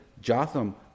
Jotham